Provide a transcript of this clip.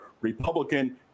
Republican